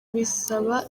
bisaba